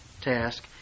task